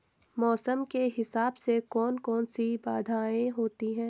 मौसम के हिसाब से कौन कौन सी बाधाएं होती हैं?